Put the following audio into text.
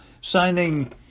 signing